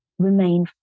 remain